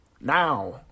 now